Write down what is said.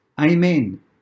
Amen